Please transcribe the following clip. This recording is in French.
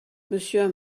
monsieur